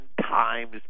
times